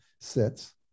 sits